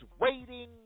waiting